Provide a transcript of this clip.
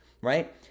right